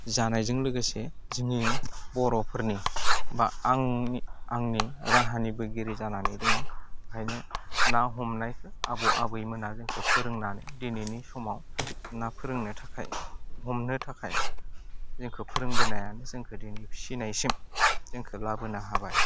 जानायजों लोगोसे जोंनि बर'फोरनि बा आंनि आंनि राहानिबोगिरि जानानै दङ ओंखायनो ना हमनायखौ आबौ आबैमोना जोंखौ फोरोंनानै दिनैनि समाव ना फोरोंनो थाखाय हमनो थाखाय जोंखौ फोरोंबोनाया जोंखौ दिनै फिसिनायसिम जोंखौ लाबोनो हाबाय